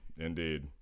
Indeed